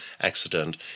accident